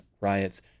riots